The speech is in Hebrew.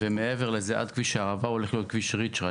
ועד כביש הערבה הוא הולך להיות כביש ריצ'רץ'.